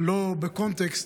לא בקונטקסט,